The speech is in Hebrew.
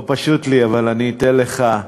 לא פשוט לי, אבל אתן לך,